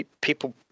people